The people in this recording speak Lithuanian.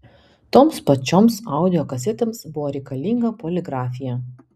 toms pačioms audio kasetėms buvo reikalinga poligrafija